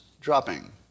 dropping